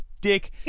dick